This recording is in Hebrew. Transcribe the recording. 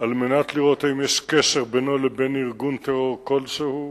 על מנת לראות אם יש קשר בינו לבין ארגון טרור כלשהו.